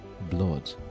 blood